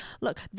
Look